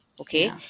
Okay